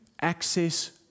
access